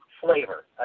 flavor